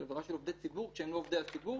שהיא עבירה של עובדי ציבור כשהם לא עובדי הציבור